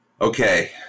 okay